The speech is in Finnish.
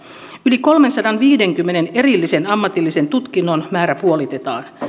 yli kolmensadanviidenkymmenen erillisen ammatillisen tutkinnon määrä puolitetaan